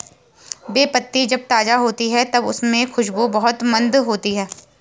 बे पत्ती जब ताज़ा होती है तब उसमे खुशबू बहुत मंद होती है